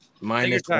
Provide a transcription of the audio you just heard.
Minus